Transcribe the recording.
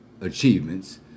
achievements